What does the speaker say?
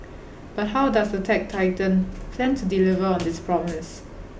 but how does the tech titan plan to deliver on this promise